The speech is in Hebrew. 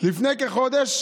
לפני כחודש